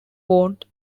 ward